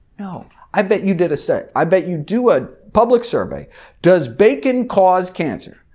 no, i bet you did a study, i bet you do a public survey does bacon cause cancer?